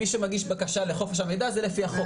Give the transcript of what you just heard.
מי שמגיש בקשה לחופש המידע, זה לפי החוק.